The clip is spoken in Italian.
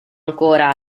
ancora